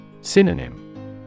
Synonym